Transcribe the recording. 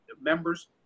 members